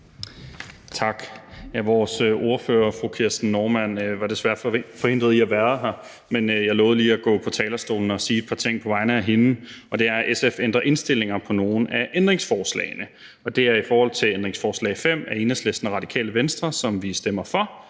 Tak. Vores ordfører, fru Kirsten Normann Andersen, er desværre forhindret i at være her, men jeg lovede lige at gå på talerstolen og sige et par ting på hendes vegne. SF har ændret indstilling til nogle af ændringsforslagene. Det er til ændringsforslag nr. 5 af Enhedslisten og Det Radikale Venstre, som vi stemmer for.